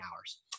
hours